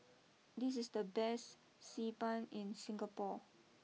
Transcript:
this is the best Xi Ban in Singapore